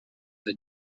the